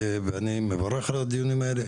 ואני מברך על הדיונים האלה.